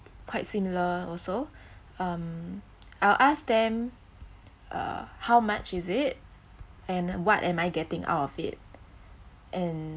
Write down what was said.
quite similar also um I'll ask them uh how much is it and what am I getting out of it and